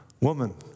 woman